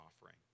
offering